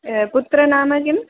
पुत्रः नाम किम्